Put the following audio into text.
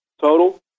total